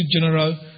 general